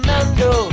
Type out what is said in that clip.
Mando